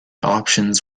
options